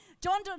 John